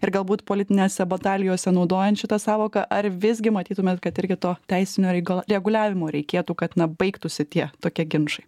ir galbūt politinėse batalijose naudojant šitą sąvoką ar visgi matytumėt kad irgi to teisinio regla reguliavimo reikėtų kad na baigtųsi tie tokie ginčai